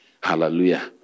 Hallelujah